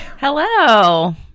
Hello